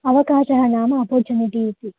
अवकाशः नाम अपार्चुनिटी इति